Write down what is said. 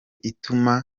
ituma